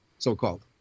so-called